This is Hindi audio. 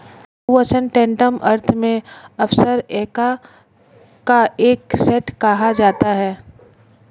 बहुवचन टैंटम अर्थ में अक्सर हैगा का एक सेट कहा जाता है